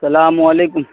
السلام علیکم